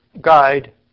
guide